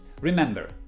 Remember